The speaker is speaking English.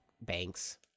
banks